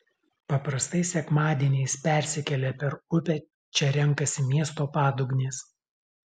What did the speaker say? paprastai sekmadieniais persikėlę per upę čia renkasi miesto padugnės